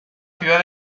ciudad